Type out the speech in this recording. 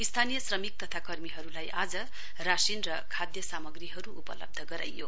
स्थानीय श्रमिक तथा कर्मीहरूलाई आज राशिन र खाद्य सामग्रीहरू उपलब्ध गराइयो